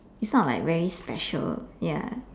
it's not like very special ya